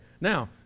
Now